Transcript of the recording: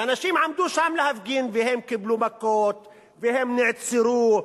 ואנשים עמדו שם להפגין והם קיבלו מכות והם נעצרו,